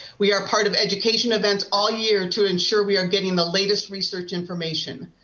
we are a part of education events all year to ensure we are getting the latest research information.